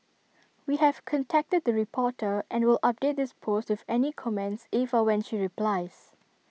we have contacted the reporter and will update this post with any comments if or when she replies